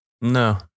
No